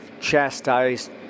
chastised